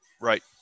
Right